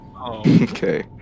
Okay